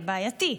זה בעייתי.